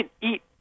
eat